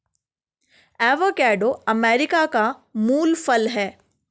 avocado America का मूल फल है